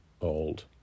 old